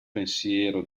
pensiero